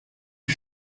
die